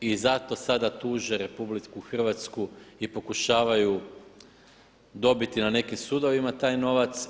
I zato sada tuže RH i pokušavaju dobiti na nekim sudovima taj novac.